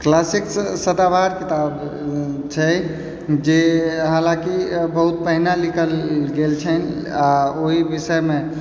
classic सदाबहार किताब छै जे हाँलाकि बहुत पहिने लिखल गेल छन्हि आओर ओहि विषयमे